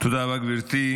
תודה רבה, גברתי.